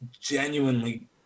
genuinely